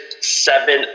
seven